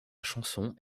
chansons